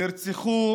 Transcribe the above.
נרצחו